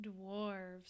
Dwarves